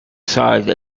side